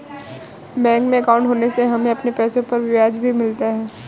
bank में अंकाउट होने से हमें अपने पैसे पर ब्याज भी मिलता है